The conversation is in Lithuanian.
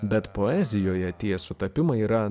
bet poezijoje tie sutapimai yra